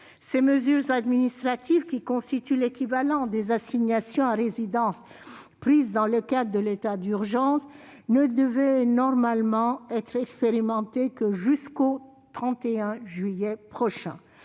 Ces mesures administratives, qui constituent l'équivalent des assignations à résidence prises dans le cadre de l'état d'urgence, ne devaient normalement être expérimentées que jusqu'au 31 juillet prochain.